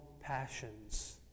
passions